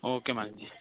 okay madam ਜੀ